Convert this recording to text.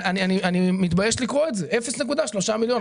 אני מתבייש לקרוא את זה 0.3 מיליון.